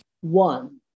one